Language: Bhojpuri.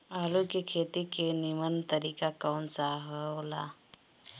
आलू के खेती के नीमन तरीका कवन सा हो ला?